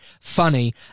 funny